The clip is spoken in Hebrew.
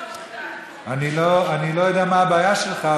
אני לא יודע מה הבעיה שלך,